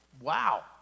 wow